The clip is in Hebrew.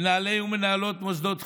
מנהלי ומנהלות מוסדות חינוך,